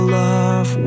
love